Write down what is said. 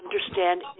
understand